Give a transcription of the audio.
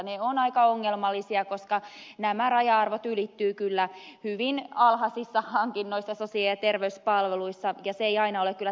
ne ovat aika ongelmallisia koska nämä raja arvot ylittyvät kyllä hyvin alhaisissa hankinnoissa sosiaali ja terveyspalveluissa ja se ei aina ole kyllä tarkoituksenmukaista